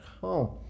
home